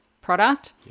product